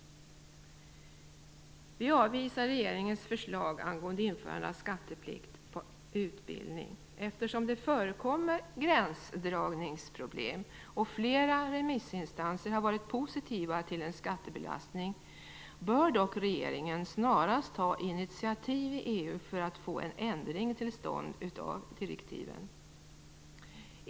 Vi avvisar regeringens förslag om införande av skatteplikt på utbildning. Eftersom det förekommer gränsdragningsproblem och flera remissinstanser har varit positiva till en skattebelastning bör dock regeringen snarast ta initiativ i EU för att få en ändring till stånd av direktiven.